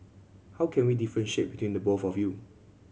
how can we differentiate between the both of you